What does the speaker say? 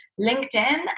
LinkedIn